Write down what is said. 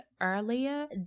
earlier